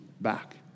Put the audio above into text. back